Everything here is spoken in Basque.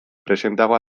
presenteago